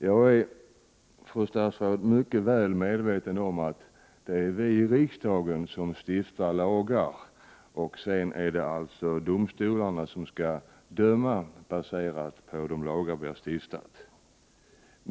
Jag är, fru statsråd, mycket väl medveten om att det är vi i riksdagen som stiftar lagar och att det är domstolarna som sedan skall döma med utgångspunkt i dessa lagar.